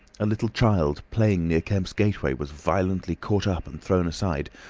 a little child playing near kemp's gateway was violently caught up and thrown aside,